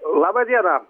laba diena